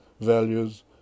values